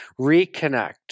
reconnect